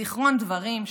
זיכרון דברים,